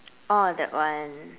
oh that one